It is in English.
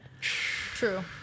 True